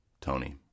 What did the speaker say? Tony